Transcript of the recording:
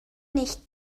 nicht